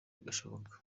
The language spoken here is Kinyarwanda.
gashoboka